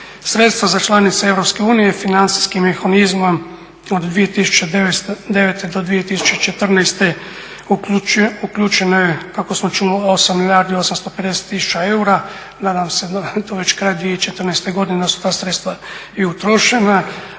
Sredstva za članice Europske unije i financijskim mehanizmom od 2009. do 2014. uključeno je kako smo čuli 8 milijardi i 850 tisuća eura, nadam se da, jer to je već kraj 2014. godine, da su ta sredstva i utrošena.